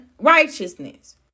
righteousness